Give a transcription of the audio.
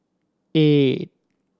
eight